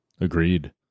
Agreed